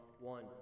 one